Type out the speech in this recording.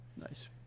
Nice